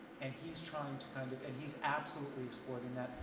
and he's trying to kind of and he's absolutely exploiting that.